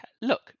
look